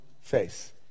face